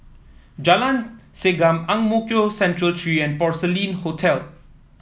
Jalan Segam Ang Mo Kio Central Three and Porcelain Hotel